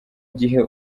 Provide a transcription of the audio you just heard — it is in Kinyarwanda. gihe